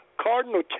cardinal